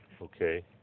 Okay